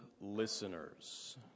listeners